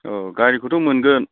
औ गारिखौथ' मोनगोन